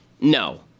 no